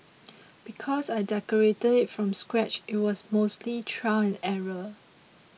because I decorated it from scratch it was mostly trial and error